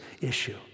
issue